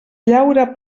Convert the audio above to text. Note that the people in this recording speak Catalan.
llaura